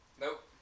Nope